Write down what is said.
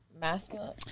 masculine